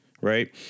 right